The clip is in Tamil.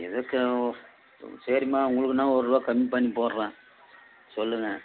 எதுக்கு ஓ சரிம்மா உங்களுக்குன்னால் ஒரு ருபா கம்மி பண்ணி போடுறேன் சொல்லுங்கள்